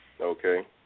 Okay